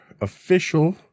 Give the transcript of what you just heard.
official